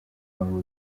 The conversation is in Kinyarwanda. wabo